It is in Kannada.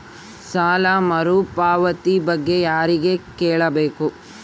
ಸಾಲ ಮರುಪಾವತಿ ಬಗ್ಗೆ ಯಾರಿಗೆ ಕೇಳಬೇಕು?